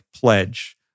pledge